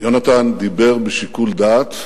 יונתן דיבר בשיקול דעת,